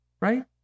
right